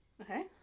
Okay